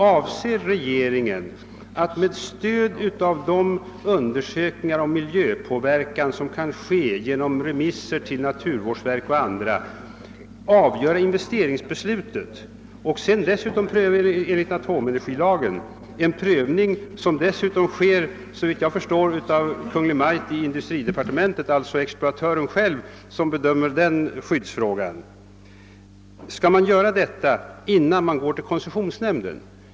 Avser regeringen att med stöd av de undersökningar om miljöpåverkan som kan ske genom remisser till naturvårdsverket och andra instanser avgöra investeringsbeslutet, varvid det också skall ske en prövning enligt atomenergilagen, en prövning som, såvitt jag förstår, dessutom företas av Kungl. Maj:t i industridepartementet? I det sistnämnda fallet är det alltså exploatören själv som bedömer den skyddsfrågan. Skall detta göras innan man vänder sig till koncessionsnämnden?